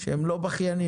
שהם לא בכיינים,